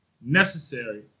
necessary